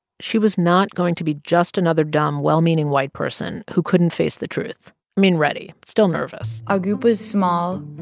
she was not going to be just another dumb, well-meaning white person who couldn't face the truth i mean ready, still nervous v our group was small.